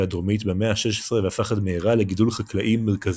הדרומית במאה ה-16 והפך עד מהרה לגידול חקלאי מרכזי.